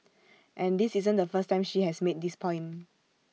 and this isn't the first time she has made this point